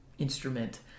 instrument